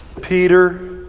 Peter